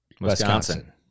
Wisconsin